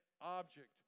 object